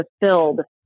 fulfilled